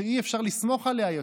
שאי-אפשר לסמוך עליה יותר,